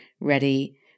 ready